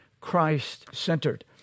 christ-centered